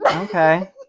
Okay